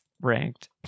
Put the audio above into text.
ranked